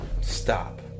stop